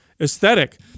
aesthetic